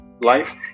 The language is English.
life